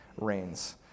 reigns